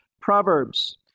Proverbs